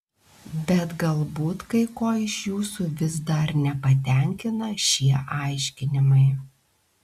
bet galbūt kai ko iš jūsų vis dar nepatenkina šie aiškinimai